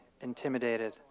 intimidated